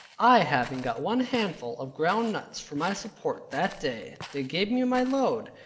i having got one handful of ground nuts, for my support that day, they gave me my load,